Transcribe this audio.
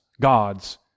gods